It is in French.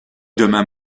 demain